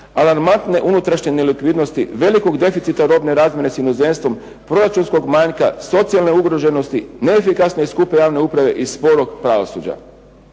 alarmantne unutrašnje nelikvidnosti, velikog deficita robne razmjene s inozemstvom, proračunskog manjka, socijalne ugroženost, neefikasne i skupe javne uprave i sporog pravosuđa.